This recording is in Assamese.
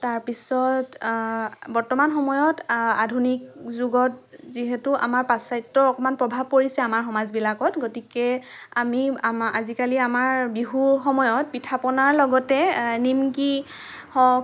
তাৰ পিছত বৰ্তমান সময়ত আধুনিক যুগত যিহেতু আমাৰ প্ৰাশ্চাত্যৰ অকণমান প্ৰভাৱ পৰিছে আমাৰ সমাজ বিলাকত গতিকে আমি আজিকালি আমাৰ বিহু সময়ত পিঠা পনাৰ লগতে নিমকি হওক